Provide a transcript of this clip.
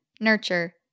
nurture